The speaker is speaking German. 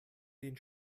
den